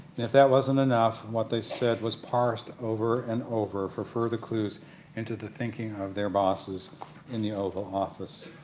and if that wasn't enough, what they said was parsed over and over for further clues into the thinking of their bosses in the oval office.